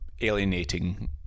alienating